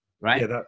Right